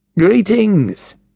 Greetings